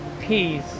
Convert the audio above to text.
peace